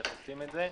איך עושים את זה.